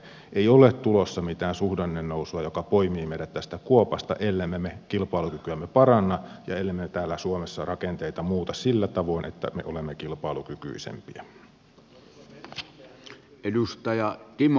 ei ole tulossa mitään suhdannenousua joka poimii meidät tästä kuopasta ellemme me kilpailukykyämme paranna ja ellemme täällä suomessa rakenteita muuta sillä tavoin että me olemme kilpailukykyisempiä